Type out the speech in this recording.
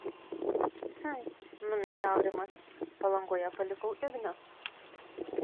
hm numykė aurimas palangoje palikau igną